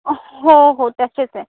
हो हो तसेच आहे